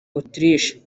autriche